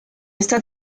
esta